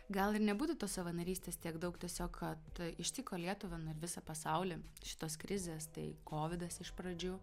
gal ir nebūtų tos savanorystės tiek daug tiesiog kad ištiko lietuvą nu ir visą pasaulį šitos krizės tai kovidas iš pradžių